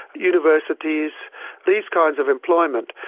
universities these kinds of employment.